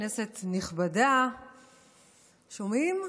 כנסת נכבדה, שומעים,